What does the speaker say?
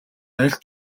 аль